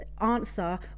answer